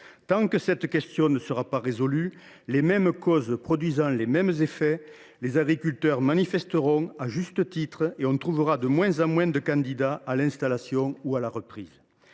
Tant que cette question ne sera pas résolue, les mêmes causes produisant les mêmes effets, les agriculteurs manifesteront, à juste titre, et on trouvera de moins en moins de candidats à l’installation ou à la reprise…